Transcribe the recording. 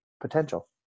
potential